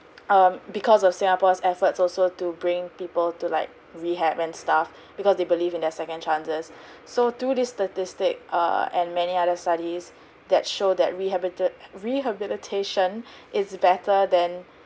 um because of singapore's efforts also to bring people to like rehab and stuff because they believe in their second chances so through this statistic err and many other studies that show that rehabita~ rehabilitation is better than